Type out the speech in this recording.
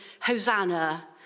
Hosanna